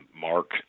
Mark